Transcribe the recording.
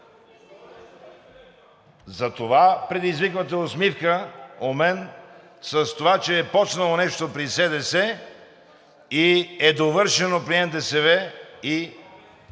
Затова предизвиквате усмивка у мен с това, че е започнало нещо при СДС и е довършено при НДСВ и